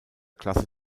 klasse